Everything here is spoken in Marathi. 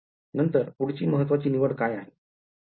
नंतर पुढची महत्वाची निवड काय आहे